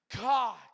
God